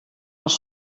els